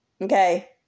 Okay